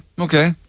okay